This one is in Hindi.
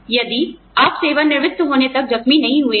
यदि आप सेवानिवृत्त होने तक जख्मी नहीं हुए है